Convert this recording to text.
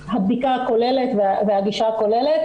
הבדיקה הכוללת והגישה הכוללת.